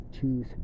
choose